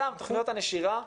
תכניות הנשירה,